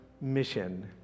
mission